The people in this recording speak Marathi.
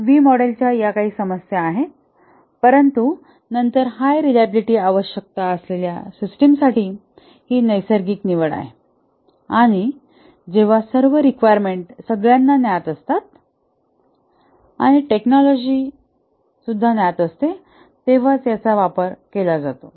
तर व्ही मॉडेलच्या या काही समस्या आहेत परंतु नंतर हाय रीलॅबिलिटी आवश्यकता असलेल्या सिस्टम साठी ही नैसर्गिक निवड आहे आणि जेव्हा सर्व रिक्वायरमेंट सगळ्यांना ज्ञात असतात आणि टेक्नॉलॉजी ज्ञातअसते तेव्हाच याचा वापर केला जातो